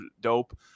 dope